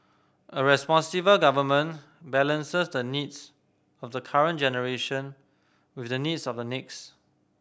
a responsible government balances the needs of the current generation with the needs of the next